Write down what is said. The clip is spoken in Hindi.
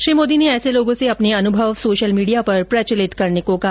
श्री मोदी ने ऐसे लोगो से अपने अनुभव सोशल मीडिया पर प्रचलित करने को कहा